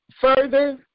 further